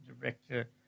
director